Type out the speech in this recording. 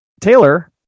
Taylor